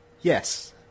Yes